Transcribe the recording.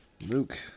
Luke